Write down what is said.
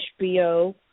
HBO